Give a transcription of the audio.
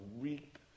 reap